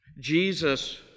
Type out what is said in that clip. Jesus